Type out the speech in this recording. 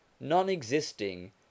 non-existing